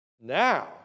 Now